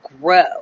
Grow